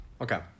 okay